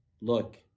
look